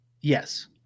Yes